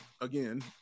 again